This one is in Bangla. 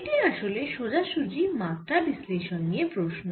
এটি আসলে সোজাসুজি মাত্রা বিশ্লেষণ নিয়ে প্রশ্ন